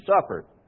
suffered